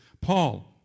Paul